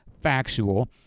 factual